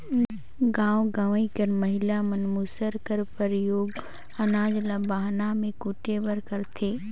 गाँव गंवई कर महिला मन मूसर कर परियोग अनाज ल बहना मे कूटे बर करथे